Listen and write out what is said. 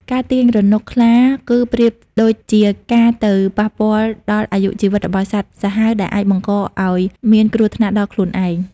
ការទាញរនុកខ្លាគឺប្រៀបដូចជាការទៅប៉ះពាល់ដល់អាយុជីវិតរបស់សត្វសាហាវ ដែលអាចបង្កឱ្យមានគ្រោះថ្នាក់ដល់ខ្លួនឯង។